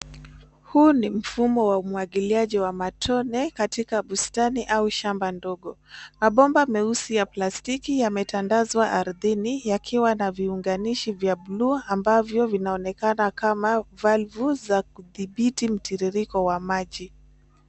Huu ni mfumo wa umuagiliaji wa matone katika bustani au shamba ndogo. Mabomba meusi ya plastiki yametandazwa ardhini yakiwa na viuanganishi vya buluu ambavyo vinaonekana kama valvu za kudhibiti mtiririko wa maji.